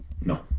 No